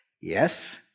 Yes